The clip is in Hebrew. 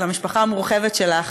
למשפחה המורחבת שלך,